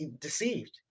deceived